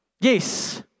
Yes